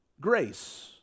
grace